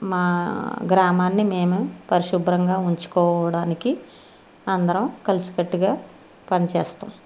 మా గ్రామాన్ని మేమే పరిశుభ్రంగా ఉంచుకోవడానికి అందరం కలిసికట్టుగా పనిచేస్తాము